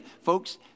Folks